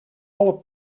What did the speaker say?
alle